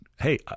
hey